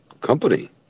company